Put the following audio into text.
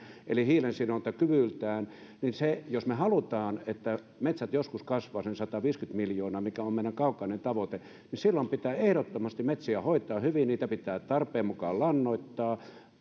eli hiidensidontakyvyltään niin jos me haluamme että metsät joskus kasvavat sen sataviisikymmentä miljoonaa mikä on meidän kaukainen tavoite niin silloin pitää ehdottomasti metsiä hoitaa hyvin niitä pitää tarpeen mukaan lannoittaa ja